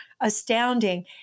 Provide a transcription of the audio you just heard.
astounding